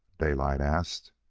daylight asked.